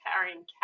carrying